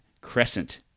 crescent